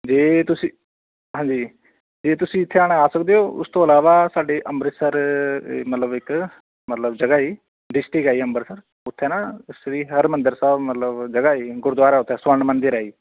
ਜੇ ਤੁਸੀਂ ਹਾਂਜੀ ਜੇ ਤੁਸੀਂ ਇੱਥੇ ਆਉਣਾ ਸਕਦੇ ਹੋ ਉਸ ਤੋਂ ਇਲਾਵਾ ਸਾਡੇ ਅੰਮ੍ਰਿਤਸਰ ਮਤਲਬ ਇੱਕ ਮਤਲਬ ਜਗ੍ਹਾ ਏ ਡਿਸਟ੍ਰਿਕ ਹੈ ਜੀ ਅੰਮ੍ਰਿਤਸਰ ਉੱਥੇ ਨਾ ਸ਼੍ਰੀ ਹਰਿਮੰਦਰ ਸਾਹਿਬ ਮਤਲਬ ਜਗ੍ਹਾ ਹੈ ਗੁਰਦੁਆਰਾ ਉੱਥੇ ਸਵਰਨ ਮੰਦਿਰ ਹੈ ਜੀ